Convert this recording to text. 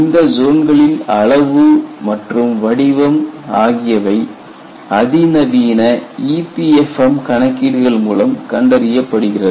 இந்த ஜோன்களின் அளவு மற்றும் வடிவம் ஆகியவை அதிநவீன EPFM கணக்கீடுகள் மூலம் கண்டறியப்படுகிறது